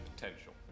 potential